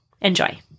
Enjoy